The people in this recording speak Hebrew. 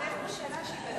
אבל יש פה שאלה שלי.